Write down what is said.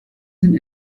sind